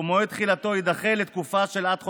שמועד תחילתו יידחה לתקופה של עד חודשיים,